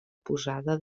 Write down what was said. posada